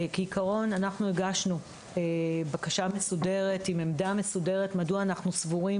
כעיקרון הגשנו בקשה מסודרת עם עמדה מסודרת מדוע אנחנו סבורים